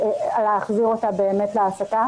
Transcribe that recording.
להחזיר אותה להעסקה.